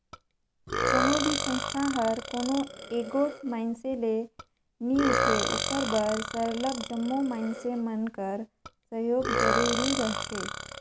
कोनो भी संस्था हर कोनो एगोट मइनसे ले नी उठे ओकर बर सरलग जम्मो मइनसे मन कर सहयोग जरूरी रहथे